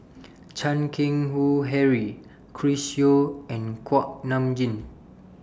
Chan Keng Howe Harry Chris Yeo and Kuak Nam Jin